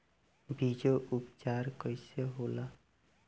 बीजो उपचार कईसे होला?